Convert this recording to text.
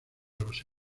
los